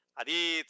Adi